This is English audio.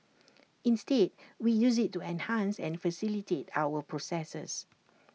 instead we use IT to enhance and facilitate our processes